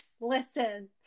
listen